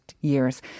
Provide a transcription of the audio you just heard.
years